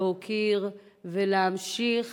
להוקיר ולהמשיך